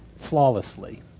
flawlessly